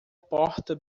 porta